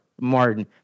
Martin